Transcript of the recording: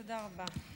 תודה רבה,